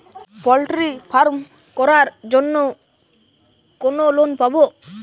Poultry farm করার জন্য কোন লোন পাব?